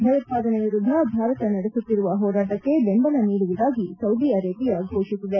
ಭಯೋತ್ಪಾದನೆ ವಿರುದ್ಧ ಭಾರತ ನಡೆಸುತ್ತಿರುವ ಹೋರಾಟಕ್ಕೆ ಬೆಂಬಲ ನೀಡುವುದಾಗಿ ಸೌದಿ ಅರೇಬಿಯಾ ಘೋಷಿಸಿದೆ